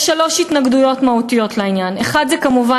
יש שלוש התנגדויות מהותיות לעניין: האחת היא כמובן